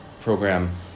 program